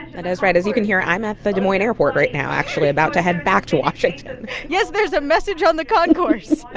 and is right. as you can hear, i'm at the des moines airport right now, actually, about to head back to washington yes, there's a message on the concourse.